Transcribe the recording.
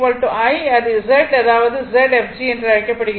Ief I இது Z அதாவது Zfg என அழைக்கப்படுகிறது